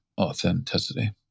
authenticity